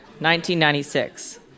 1996